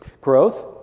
Growth